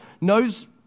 knows